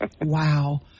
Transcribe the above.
wow